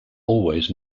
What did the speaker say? always